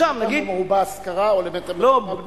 מטר מרובע להשכרה או מטר מרובע לקנייה?